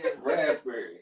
Raspberry